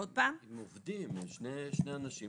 שני אנשים